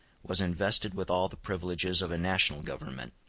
was invested with all the privileges of a national government,